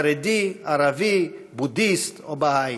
חרדי, ערבי, בודהיסט, או בהאי.